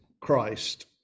Christ